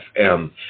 FM